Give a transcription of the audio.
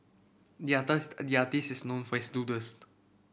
the the artist is known for his doodles